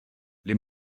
les